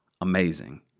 amazing